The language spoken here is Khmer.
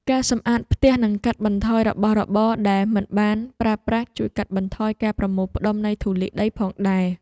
ការសម្អាតផ្ទះនិងកាត់បន្ថយរបស់របរដែលមិនបានប្រើប្រាស់ជួយកាត់បន្ថយការប្រមូលផ្តុំនៃធូលីដីផងដែរ។